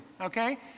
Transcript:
Okay